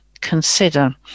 consider